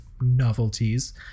novelties